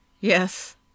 Yes